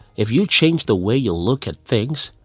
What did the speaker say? if you change the way you look at things,